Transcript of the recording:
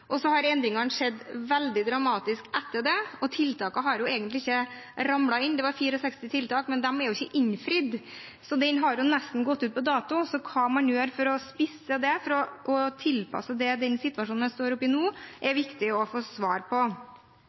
har endringene skjedd veldig dramatisk etter det, og tiltakene har egentlig ikke ramlet inn. Det var 64 tiltak, men de er ikke innfridd, så strategien har nesten gått ut på dato. Hva man gjør for å spisse det og for å tilpasse det til den situasjonen man står oppe i nå, er viktig å få svar på.